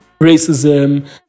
racism